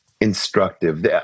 instructive